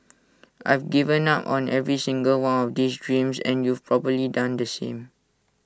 I've given up on every single one of these dreams and you've probably done the same